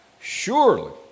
Surely